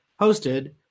hosted